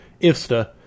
ifsta